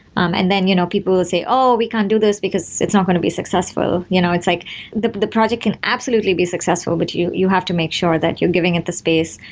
um and then you know people will say, oh, we can't do this because it's not going to be successful. you know like the the project can absolutely be successful, but you you have to make sure that you're giving it the space.